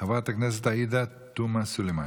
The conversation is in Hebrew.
חברת הכנסת עאידה תומא סלימאן.